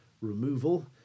removal